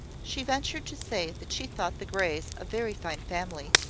she ventured to say that she thought the greys a very fine family,